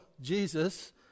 Jesus